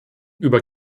über